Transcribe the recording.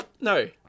No